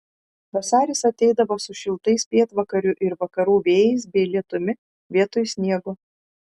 vasaris ateidavo su šiltais pietvakarių ir vakarų vėjais bei lietumi vietoj sniego